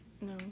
No